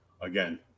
again